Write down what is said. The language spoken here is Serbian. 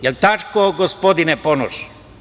Jel tako, gospodine Ponoš?